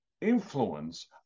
influence